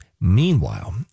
Meanwhile